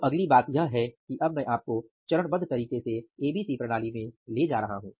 तो अगली बात यह है कि अब मैं आपको चरणबद्ध ABC प्रणाली में ले जा रहा हूँ